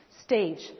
stage